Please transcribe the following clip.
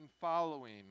following